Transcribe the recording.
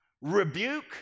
rebuke